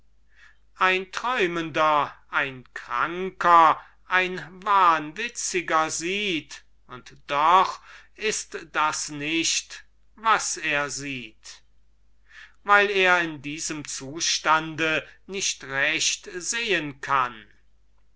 ein träumender ein kranker ein wahnwitziger sieht und doch ist das nicht was er sieht agathon weil er in diesem zustande nicht recht sehen kann